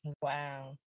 Wow